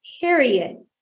period